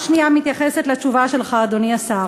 הערה שנייה מתייחסת לתשובה שלך, אדוני השר.